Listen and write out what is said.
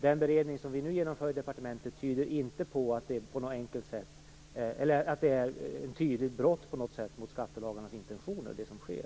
Den beredning som vi nu genomför i departementet tyder inte på att det som sker i en del kommuner är något tydligt brott mot skattelagarnas intentioner.